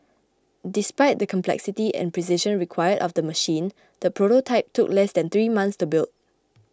despite the complexity and precision required of the machine the prototype took less than three months to build